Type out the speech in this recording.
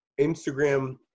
instagram